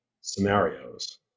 scenarios